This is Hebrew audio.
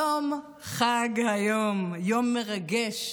יום חג היום, יום מרגש,